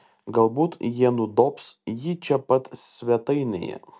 galbūt jie nudobs jį čia pat svetainėje